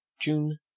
June